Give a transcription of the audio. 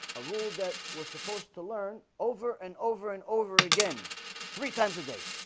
a rule that was supposed to learn over and over and over again three times a day